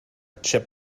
chip